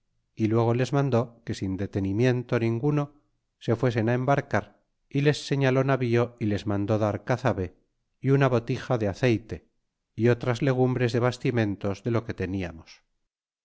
y luego les mandó que sin detenimiento ninguno se fuesen embarcar y les señaló navío y les mandó dar cazabe y una botija de azeyte y otras legumbres de bastimentos de lo que teniamos